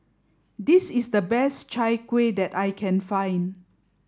this is the best Chai Kuih that I can find